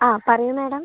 ആ പറയൂ മാഡം